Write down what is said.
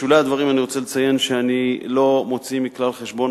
בשולי הדברים אני רוצה לציין שאני לא מוציא מכלל חשבון,